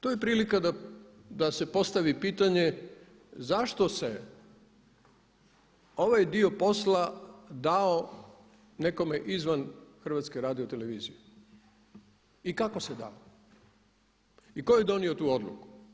To je prilika da se postavi pitanje zašto se ovaj dio posla dao nekome izvan HRT-a i kako se dao i tko je donio tu odluku?